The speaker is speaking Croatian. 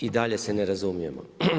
I dalje se ne razumijemo.